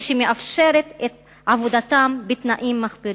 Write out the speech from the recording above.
כשהיא מאפשרת את עבודתם בתנאים מחפירים.